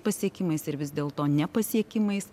pasiekimais ir vis dėlto nepasiekimais